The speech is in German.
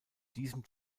diesem